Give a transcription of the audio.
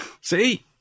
See